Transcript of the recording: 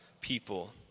people